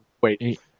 Wait